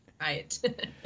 Right